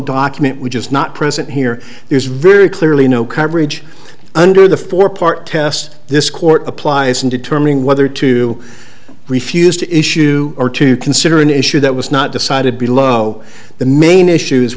document which is not present here is very clearly no coverage under the forepart test this court applies in determining whether to refuse to issue or to consider an issue that was not decided below the main issues